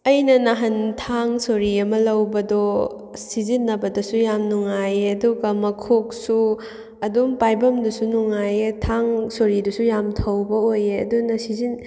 ꯑꯩꯅ ꯅꯍꯥꯟ ꯊꯥꯡ ꯁꯣꯔꯤ ꯑꯃ ꯂꯧꯕꯗꯣ ꯁꯤꯖꯤꯟꯅꯕꯗꯁꯨ ꯌꯥꯝ ꯅꯨꯡꯉꯥꯏꯌꯦ ꯑꯗꯨꯒ ꯃꯈꯣꯛꯁꯨ ꯑꯗꯨꯝ ꯄꯥꯏꯐꯝꯗꯨꯁꯨ ꯅꯨꯡꯉꯥꯏꯌꯦ ꯊꯥꯡ ꯁꯣꯔꯤꯗꯨꯁꯨ ꯌꯥꯝ ꯊꯧꯕ ꯑꯣꯏꯌꯦ ꯑꯗꯨꯅ